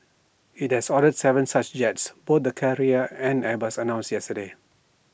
IT does ordered Seven such yachts both the carrier and airbus announced yesterday